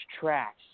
tracks